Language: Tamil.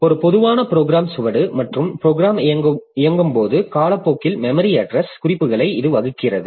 ஒரு பொதுவான ப்ரோக்ராம் சுவடு மற்றும் ப்ரோக்ராம் இயங்கும்போது காலப்போக்கில் மெமரி அட்ரஸ் குறிப்புகளை இது வகுக்கிறது